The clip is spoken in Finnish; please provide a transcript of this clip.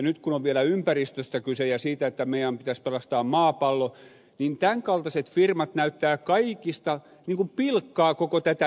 nyt kun on vielä ympäristöstä kyse ja siitä että meidän pitäisi pelastaa maapallo niin tämän kaltaiset firmat näyttävät pilkkaavan koko tätä ideaa